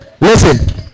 Listen